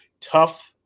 tough